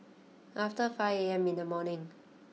after five A M in the morning